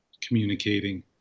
communicating